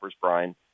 Brian